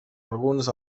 alguns